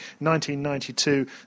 1992